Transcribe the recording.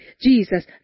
Jesus